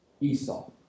Esau